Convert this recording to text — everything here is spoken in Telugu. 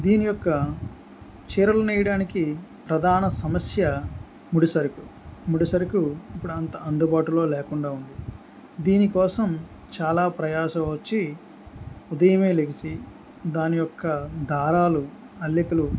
దీని యొక్క చీరలు నేయడానికి ప్రధాన సమస్య ముడిసరుకు ముడిసరుకు ఇప్పుడు అంత అందుబాటులో లేకుండా ఉంది దీనికోసం చాలా ప్రయాస వచ్చి ఉదయమే లేచి దాని యొక్క దారాలు అల్లికలు